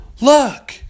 look